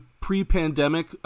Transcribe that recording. pre-pandemic